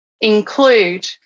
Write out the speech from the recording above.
include